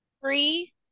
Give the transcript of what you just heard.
free